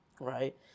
right